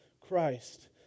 Christ